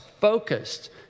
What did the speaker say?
focused